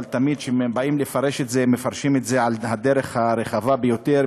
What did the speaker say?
אבל תמיד כשבאים לפרש את זה מפרשים את זה על הדרך הרחבה ביותר,